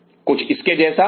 तो कुछ इसके जैसा